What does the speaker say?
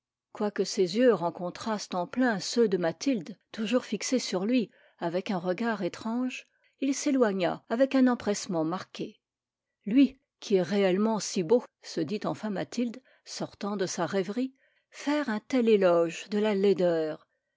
quoique ses veux rencontrassent en plein ceux de mathilde toujours fixés sur lui avec un regard étrange il s'éloigna avec un empressement marqué lui qui est réellement si beau se dit enfin mathilde sortant de sa rêverie faire un tel éloge de la laideur